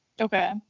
Okay